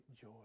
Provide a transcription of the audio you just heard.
joy